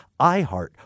iHeart